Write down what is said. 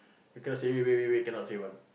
you cannot say wait wait wait wait cannot say one